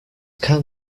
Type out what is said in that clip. can